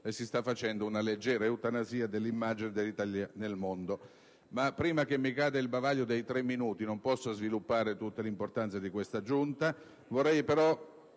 e si sta procedendo ad una leggera eutanasia dell'immagine dell'Italia nel mondo. Ma prima che mi cada il bavaglio dei tre minuti, nei quali non posso certo parlare dell'importanza di questa Giunta,